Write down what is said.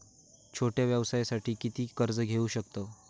छोट्या व्यवसायासाठी किती कर्ज घेऊ शकतव?